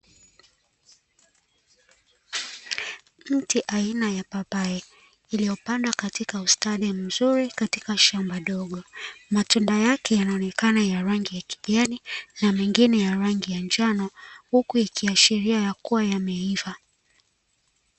Mti aina ya papai, iliyopandwa katika ustadi mzuri katika shamba dogo. Matunda yake yanaonekana ya rangi ya kijani, na mengine ya rangi ya njano, huku ikiashiria ya kua yameiva.